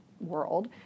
World